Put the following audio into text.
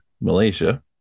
malaysia